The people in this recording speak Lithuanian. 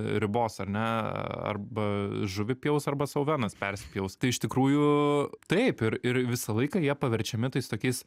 ribos ar ne arba žuvį pjaus arba sau venas persipjaus tai iš tikrųjų taip ir ir visą laiką jie paverčiami tai su tokiais